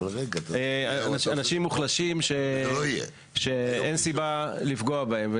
אנשים מוחלשים שאין סיבה לפגוע בהם.